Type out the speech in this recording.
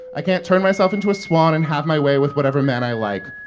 i can't turn myself into a swan and have my way with whatever man i like,